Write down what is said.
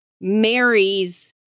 marries